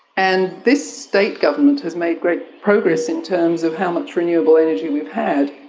and this state government has made great progress in terms of how much renewable energy we've had.